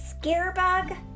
Scarebug